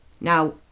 now